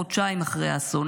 חודשיים אחרי האסון.